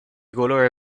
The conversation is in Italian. colore